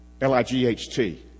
L-I-G-H-T